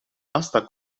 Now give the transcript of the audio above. basta